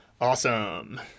Awesome